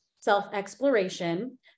self-exploration